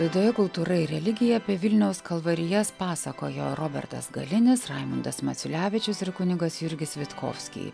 laidoje kultūra ir religija apie vilniaus kalvarijas pasakojo robertas galinis raimundas maciulevičius ir kunigas jurgis vitkovski